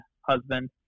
husband